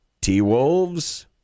T-Wolves